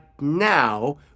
now